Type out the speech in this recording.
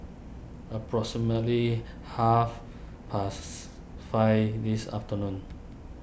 approximately half pasts five this afternoon